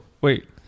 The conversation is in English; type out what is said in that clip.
wait